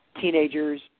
teenagers